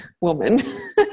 woman